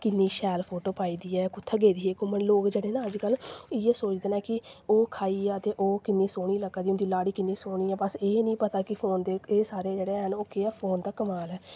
किन्ने शैल फोटो पाए दे ऐ कुत्थें गेदी ही एह् घूमन लोक जेह्ड़े ना अज्ज कल इ'यै सोचदे न कि ओह् खाई गेआ ते ओह् किन्नी सोह्नी लग्गा दी उं'दी लाड़ी किन्नी सोह्नी ऐ बस एह् निं पता ऐ कि फोन दे एह् साढ़े जेह्ड़े हैन फोन दा कमाल ऐ